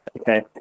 Okay